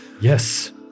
Yes